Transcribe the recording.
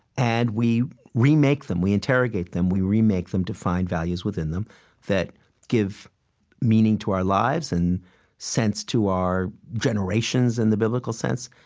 and we remake them. we interrogate them. we remake them to find values within them that give meaning to our lives and sense to our generations, in the biblical sense.